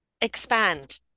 expand